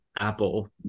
Apple